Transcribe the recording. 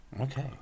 okay